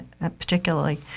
particularly